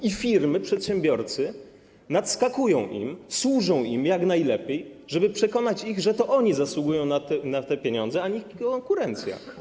I firmy, przedsiębiorcy nadskakują im, służą im jak najlepiej, żeby przekonać ich, że to oni zasługują na ich pieniądze, a nie konkurencja.